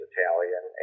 Italian